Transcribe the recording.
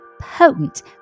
potent